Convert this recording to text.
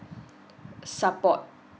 support